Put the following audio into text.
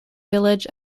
village